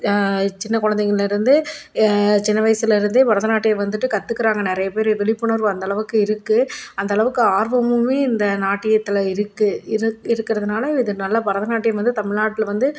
சின்னக் குலந்தைகள்ல இருந்து சின்ன வயதுலேருந்தே பரதநாட்டியம் வந்துட்டு கற்றுக்கறாங்க நிறைய பேர் விழிப்புணர்வு அந்தளவுக்கு இருக்குது அந்தளவுக்கு ஆர்வமுமே இந்த நாட்டியத்தில் இருக்குது இருக் இருக்கிறதுனால இது நல்ல பரதநாட்டியம் வந்து தமிழ்நாட்ல வந்து